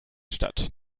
statt